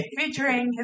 Featuring